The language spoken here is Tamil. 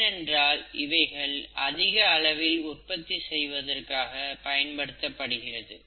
ஏனென்றால் இவைகள் அதிக அளவில் உற்பத்தி செய்வதற்காக பயன்படுத்தப்படுகிறது